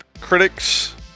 Critics